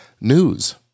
News